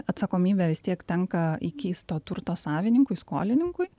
atsakomybė vis tiek tenka įkeisto turto savininkui skolininkui